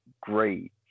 great